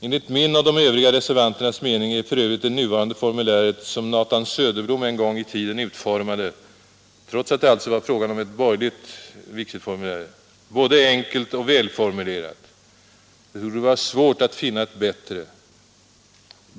Enligt min och de övriga reservanternas mening är för övrigt det nuvarande formuläret, som Nathan Söderblom en gång i tiden utformade, trots att det var fråga om ett borgerligt vigselformulär, både enkelt och välformulerat. Det torde vara svårt att finna ett bättre.